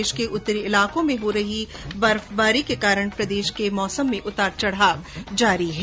देश के उत्तरी इलाकों में हो रही बर्फबारी के कारण प्रदेश के मौसम में उतार चढाव जारी है